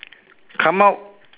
come out